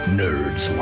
nerds